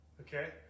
Okay